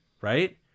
right